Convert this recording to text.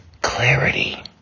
clarity